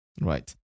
Right